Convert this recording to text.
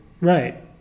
Right